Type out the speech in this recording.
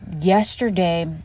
yesterday